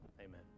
Amen